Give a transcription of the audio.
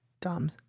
Dumb